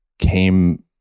came